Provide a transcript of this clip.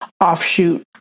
offshoot